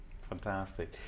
Fantastic